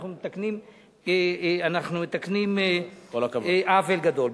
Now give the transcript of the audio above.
אנחנו מתקנים עוול גדול.